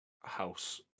house